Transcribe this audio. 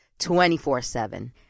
24-7